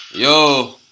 Yo